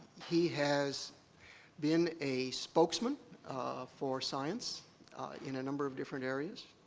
he has been a spokesman for science in a number of different areas.